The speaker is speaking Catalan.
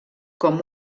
com